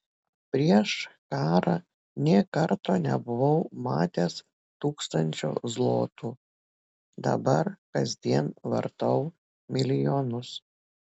prieš karą nė karto nebuvau matęs tūkstančio zlotų dabar kasdien vartau milijonus